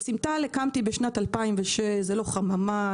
את סימטל הקמתי בשנת 2006 זו לא חממה,